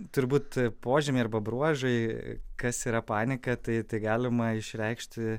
turbūt požymiai arba bruožai kas yra panika tai tai galima išreikšti